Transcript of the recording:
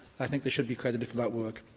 i think they should be credited for that work.